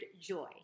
joy